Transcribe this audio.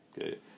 Okay